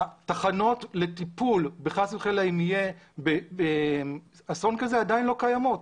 התחנות לטיפול אם חס וחלילה יהיה אסון כזה עדיין לא קיימות.